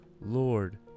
Lord